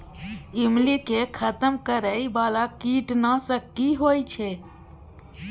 ईमली के खतम करैय बाला कीट नासक की होय छै?